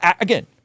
again